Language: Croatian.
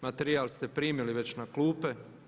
Materijal ste primili već na klupe.